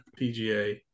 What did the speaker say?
PGA